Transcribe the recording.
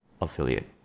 affiliate